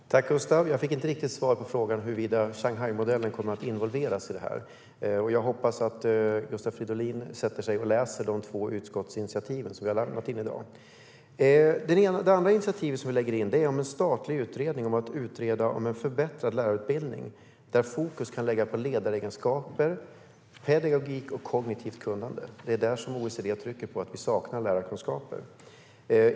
Fru talman! Tack, Gustav! Jag fick inte riktigt svar på frågan huruvida Shanghaimodellen kommer att involveras i det här. Jag hoppas att Gustav Fridolin sätter sig ned och läser de två utskottsinitiativen som vi har lämnat in i dag. Det andra initiativet som vi har lämnat in gäller en statlig utredning om en förbättrad lärarutbildning, där fokus kan läggas på ledaregenskaper, pedagogik och kognitivt kunnande. Det är där OECD trycker på att vi saknar lärarkunskaper.